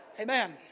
Amen